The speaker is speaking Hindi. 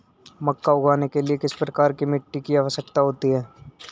मक्का उगाने के लिए किस प्रकार की मिट्टी की आवश्यकता होती है?